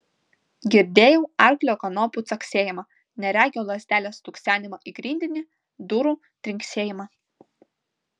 girdėjau arklio kanopų caksėjimą neregio lazdelės stuksenimą į grindinį durų trinksėjimą